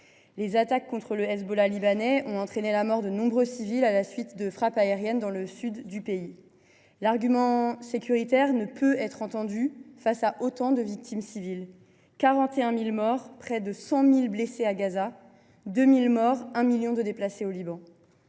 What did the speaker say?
Les attaques contre le Hezbollah libanais ont entraîné la mort de nombreux civils à la suite de frappes aériennes dans le sud du pays. L’argument sécuritaire ne peut être entendu face à un nombre aussi important de victimes civiles : 41 000 morts et près de 100 000 blessés à Gaza ; 2 000 morts et 1 million de déplacés au Liban.